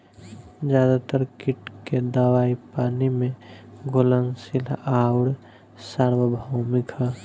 ज्यादातर कीट के दवाई पानी में घुलनशील आउर सार्वभौमिक ह?